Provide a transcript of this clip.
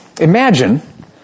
Imagine